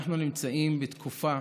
אנחנו נמצאים בתקופה